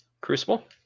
Crucible